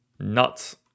Nuts